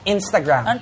Instagram